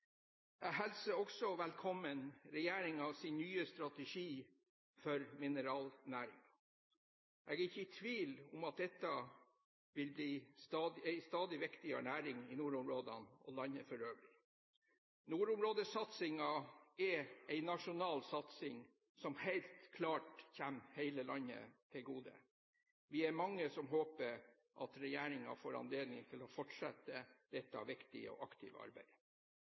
Jeg hilser også velkommen regjeringens nye strategi for mineralnæringen. Jeg er ikke i tvil om at dette vil bli en stadig viktigere næring i nordområdene og i landet for øvrig. Nordområdesatsingen er en nasjonal satsing som helt klart kommer hele landet til gode. Vi er mange som håper at regjeringen får anledning til å fortsette dette viktige og aktive arbeidet.